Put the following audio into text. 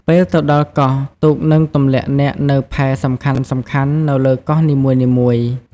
ពេលទៅដល់កោះ ទូកនឹងទម្លាក់អ្នកនៅផែសំខាន់ៗនៅលើកោះនីមួយៗ។